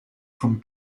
from